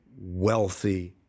wealthy